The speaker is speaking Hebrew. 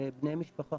לבני משפחה